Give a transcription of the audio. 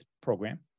program